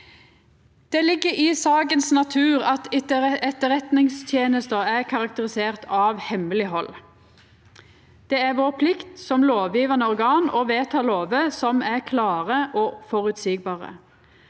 Det ligg i sakas natur at Etterretningstenesta er karakterisert av hemmeleghald. Det er vår plikt som lovgjevande organ å vedta lover som er klare og føreseielege.